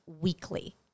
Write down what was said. weekly